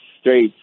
straight